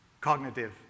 cognitive